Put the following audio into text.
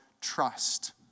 trust